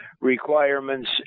requirements